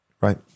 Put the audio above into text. Right